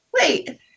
wait